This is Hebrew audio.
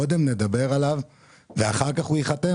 קודם נדבר עליו ואחר כך הוא ייחתם?